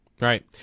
Right